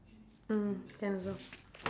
mm can also